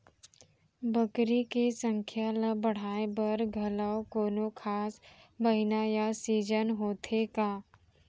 बकरी के संख्या ला बढ़ाए बर घलव कोनो खास महीना या सीजन होथे का?